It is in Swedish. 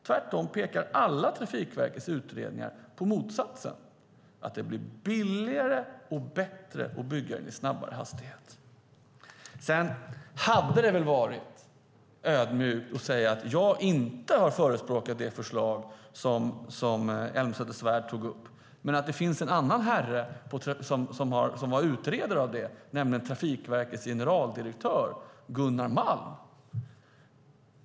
Tvärtom pekar alla Trafikverkets utredningar på motsatsen, att det blir billigare och bättre att bygga den för högre hastighet. Sedan hade det väl varit ödmjukt av Elmsäter-Svärd att säga att jag inte har förespråkat det förslag som hon tog upp men att det finns en annan herre som har gjort det, nämligen Trafikverkets generaldirektör Gunnar Malm.